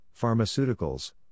pharmaceuticals